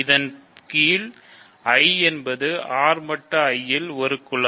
இதன் கீழ் Iஎன்பது R மட்டு I இல் ஒரு குலம்